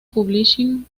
publishing